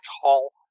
hall